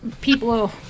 people